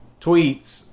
tweets